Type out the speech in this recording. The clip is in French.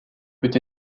peut